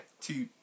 two